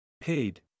Paid